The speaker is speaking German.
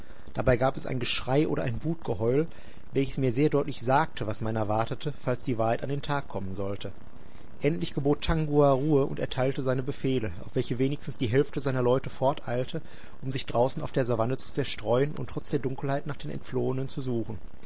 dabei gab es ein geschrei oder ein wutgeheul welches mir sehr deutlich sagte was meiner wartete falls die wahrheit an den tag kommen sollte endlich gebot tangua ruhe und erteilte seine befehle auf welche wenigstens die hälfte seiner leute forteilte um sich draußen auf der savanne zu zerstreuen und trotz der dunkelheit nach den entflohenen zu suchen